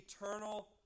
eternal